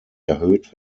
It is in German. erhöht